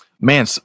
man